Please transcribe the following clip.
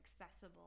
accessible